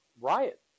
riot